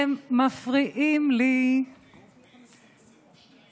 אתם מגבילים אותנו עם סעיף 98,